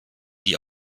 die